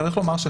צריך לומר,